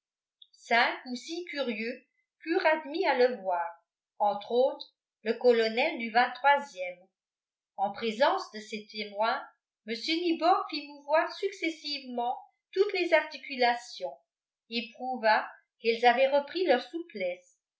cinq ou six curieux furent admis à le voir entre autres le colonel du ème en présence de ces témoins mr nibor fit mouvoir successivement toutes les articulations et prouva qu'elles avaient repris leur souplesse